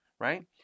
right